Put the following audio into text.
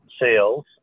sales